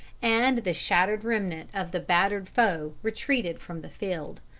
and the shattered remnant of the battered foe retreated from the field.